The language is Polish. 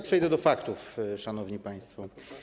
Przejdę do faktów, szanowni państwo.